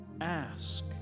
ask